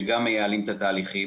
שגם מייעלים את התהליכים.